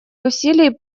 усилий